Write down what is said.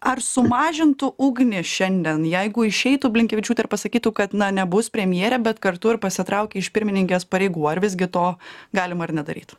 ar sumažintų ugnį šiandien jeigu išeitų blinkevičiūtė ir pasakytų kad na nebus premjere bet kartu ir pasitraukia iš pirmininkės pareigų ar visgi to galima ir nedaryt